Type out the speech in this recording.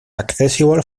accessible